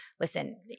listen